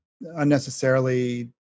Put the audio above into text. unnecessarily